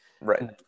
right